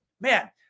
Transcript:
man